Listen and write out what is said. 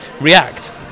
react